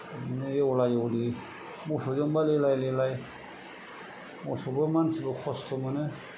बिदिनो एवला एवलि मोसौजोंबा लेलाय लेलाय मोसौबो मानसिबो खस्थ' मोनो